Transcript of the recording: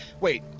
Wait